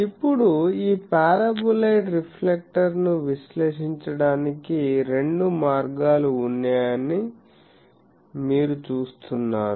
ఇప్పుడు ఈ పారాబొలాయిడ్ రిఫ్లెక్టర్ను విశ్లేషించడానికి రెండు మార్గాలు ఉన్నాయని మీరు చూస్తున్నారు